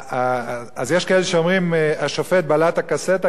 יש כאלה שאומרים: השופט בלע את הקסטה,